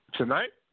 Tonight